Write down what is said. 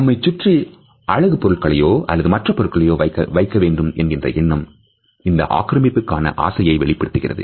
நம்மைச் சுற்றி அழகு பொருளையோ அல்லது மற்ற பொருட்களையோ வைக்க வேண்டும் என்கின்ற எண்ணம் இந்த ஆக்கிரமிப்பு காண ஆசையை வெளிப்படுத்துகிறது